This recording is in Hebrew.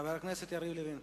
חבר הכנסת יריב לוין,